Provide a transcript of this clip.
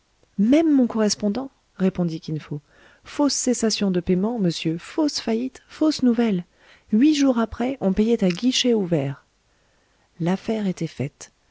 même mon correspondant répondit kin fo fausse cessation de paiements monsieur fausse faillite fausse nouvelle huit jours après on payait à guichets ouverts l'affaire était faite